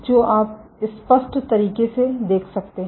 जो आप स्पष्ट तरीके से देख सकते हैं